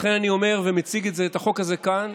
לכן אני אומר ומציג את החוק הזה כאן,